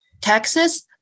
Texas